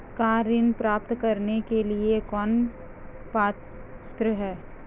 Car ऋण प्राप्त करने के लिए कौन पात्र है?